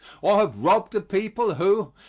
or have robbed a people who,